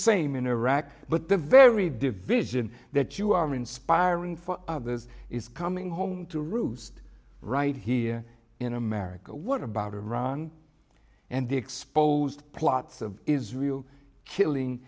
same in iraq but the very division that you are inspiring for this is coming home to roost right here in america what about iran and the exposed plots of israel killing